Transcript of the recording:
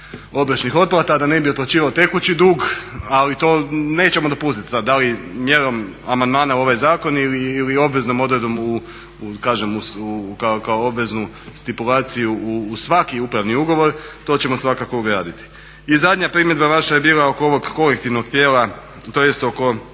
obročnih otplata, a da ne bi otplaćivao tekući dug ali to nećemo dopustiti. Sada da li mjerom amandman u ovaj zakon ili obveznom odredbom kao obveznu stipulaciju u svaki upravni ugovor to ćemo svakako ugraditi. I zadnja primjedba vaša je bila oko ovog kolektivnog tijela tj. oko